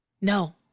No